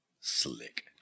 slick